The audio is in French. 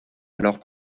alors